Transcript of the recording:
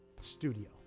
studio